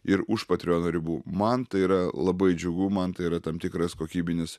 ir už patreono ribų man tai yra labai džiugu man tai yra tam tikras kokybinis